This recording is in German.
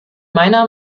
meiner